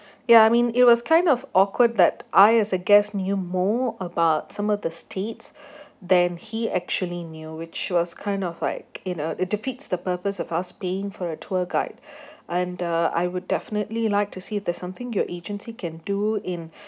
ya I mean it was kind of awkward that I as a guest knew more about some of the states than he actually knew which was kind of like in a it defeats the purpose of us paying for a tour guide and uh I would definitely like to see if there's something your agency can do in